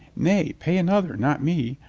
nay, pay another, not me!